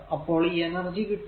അപ്പോൾ ഈ എനർജി കിട്ടും